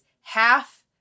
half